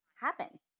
happen